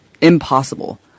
impossible